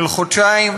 של חודשיים,